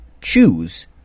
choose